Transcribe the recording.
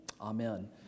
Amen